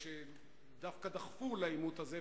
שדווקא דחפו לעימות הזה.